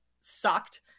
sucked